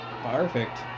Perfect